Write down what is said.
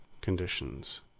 conditions